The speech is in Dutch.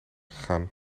gegaan